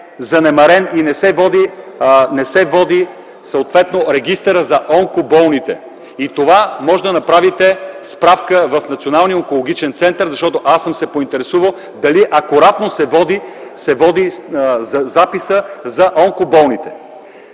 занемарен и не се води регистърът за онкоболните. За това можете да направите справка в Националния онкологичен център, защото аз съм се поинтересувал дали акуратно се води записът за онкоболните.